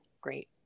great